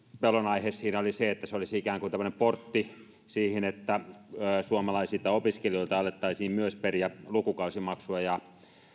pelon aihe siinä oli se että se olisi ikään kuin tämmöinen portti siihen että myös suomalaisilta opiskelijoilta alettaisiin periä lukukausimaksua ja